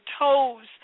toes